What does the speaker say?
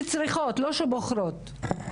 שצריכות לא בוחרות.